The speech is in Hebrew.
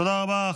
תודה רבה.